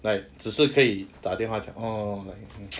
like 只是可以打电话讲 oh like